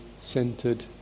centered